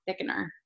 thickener